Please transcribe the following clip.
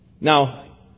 Now